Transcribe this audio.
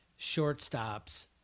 shortstops